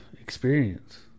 experience